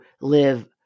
live